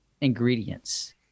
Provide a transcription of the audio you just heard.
ingredients